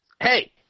hey